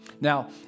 Now